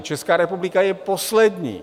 Česká republika je poslední.